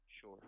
Sure